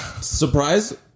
Surprise